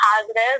positive